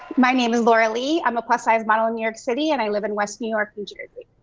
my name is laura lee. i'm a plus size model in new york city and i live in west new york, new jersey.